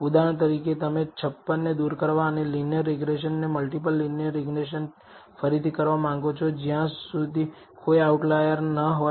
ઉદાહરણ તરીકે તમે 56 ને દૂર કરવા અને લીનીયર રીગ્રેસનને મલ્ટીપલ લીનીયર રીગ્રેસન ફરીથી કરવા માંગો છો જ્યાં સુધી કોઈ આઉટલાયર ન હોય